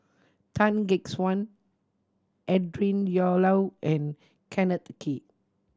Tan Gek Suan Adrin and Kenneth Kee